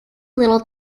little